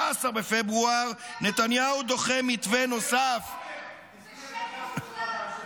בפברואר נתניהו דוחה מתווה נוסף -- מי אמר את זה?